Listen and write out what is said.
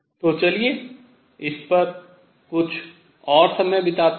तो चलिए इस पर कुछ और समय बिताते हैं